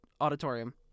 auditorium